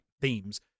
themes